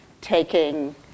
taking